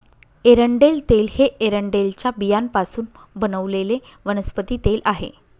एरंडेल तेल हे एरंडेलच्या बियांपासून बनवलेले वनस्पती तेल आहे